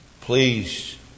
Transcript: Please